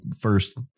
first